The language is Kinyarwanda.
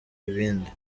ibindi